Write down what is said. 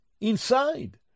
inside